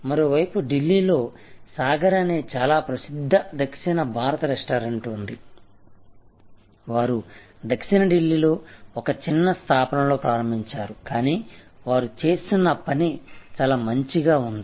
మరోవైపు ఢిల్లీలో సాగర్ అనే చాలా ప్రసిద్ధ దక్షిణ భారత రెస్టారెంట్ ఉంది వారు దక్షిణ ఢిల్లీలో ఒక చిన్న స్థాపనలో ప్రారంభించారు కానీ వారు చేస్తున్న పని చాలా మంచిగా ఉంది